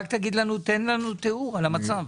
תן לנו תיאור של המצב.